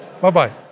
Bye-bye